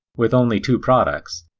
with only two products,